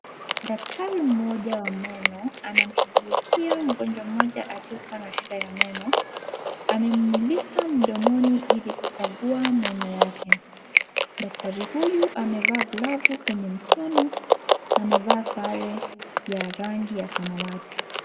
Daktari mmoja wa meno, anamshughulikia mgonjwa mmoja akiwa na shida ya meno. Amemumulika mdomoni ili kukagua meno yake. Daktari huyu amevaa glavu kwenye mikono, amevaa sare ya rangi ya samawati.